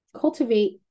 cultivate